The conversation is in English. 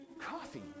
Coffee